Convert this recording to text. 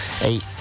Eight